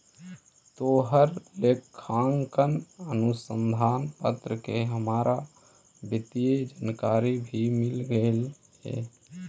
तोहर लेखांकन अनुसंधान पत्र से हमरा वित्तीय जानकारी भी मिल गेलई हे